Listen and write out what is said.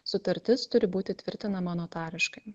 sutartis turi būti tvirtinama notariškai